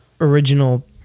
original